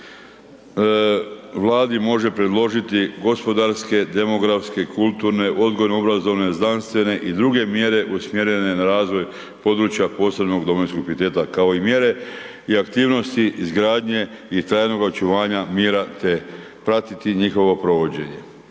Vladi može predložiti gospodarske, demografske, kulturne, odgojno obrazovne, znanstvene i druge mjere usmjerene na razvoj područja posebnog domovinskog pijeteta, kao i mjere i aktivnosti izgradnje i trajnog očuvanja mira, te pratiti njihovo provođenje.